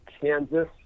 Kansas